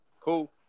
Cool